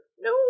no